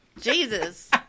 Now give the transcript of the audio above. Jesus